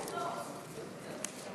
ההסתייגות של חבר הכנסת יעקב פרי